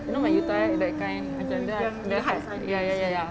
you know like when you tie it that kind macam dia ya ya ya